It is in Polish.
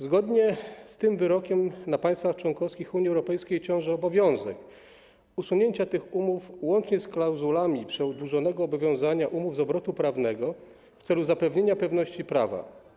Zgodnie z tym wyrokiem na państwach członkowskich Unii Europejskiej ciąży obowiązek usunięcia tych umów, łącznie z klauzulami przedłużonego ich obowiązywania, z obrotu prawnego w celu zagwarantowania pewności prawa.